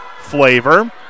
flavor